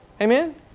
Amen